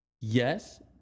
Yes